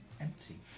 empty